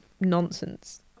nonsense